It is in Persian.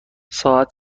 ساعت